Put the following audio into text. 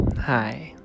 Hi